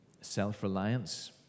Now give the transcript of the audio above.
self-reliance